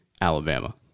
Alabama